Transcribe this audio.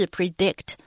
Predict